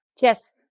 Yes